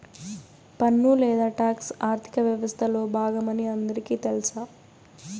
పన్ను లేదా టాక్స్ ఆర్థిక వ్యవస్తలో బాగమని అందరికీ తెల్స